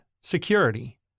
security